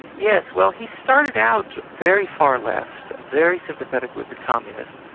yes, well, he started out very far left, very sympathetic with the communists,